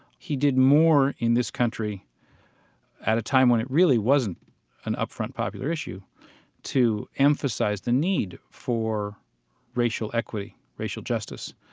he did more in this country at a time when it really wasn't an up-front, popular issue to emphasize the need for racial equity, racial justice.